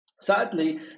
sadly